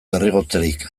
derrigortzerik